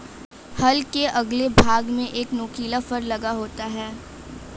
हल के अगले भाग में एक नुकीला फर लगा होता है